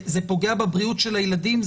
זה פוגע בבריאות של הילדים.